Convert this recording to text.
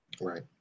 right